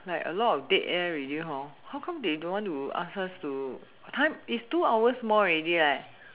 like a lot of dead air already hor how come they don't to ask her to it's two hours more already